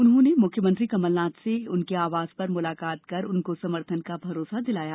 उन्होंने मुख्यमंत्री कमलनाथ से उनके आवास पर मुलाकात कर उनको समर्थन का भरोसा दिलाया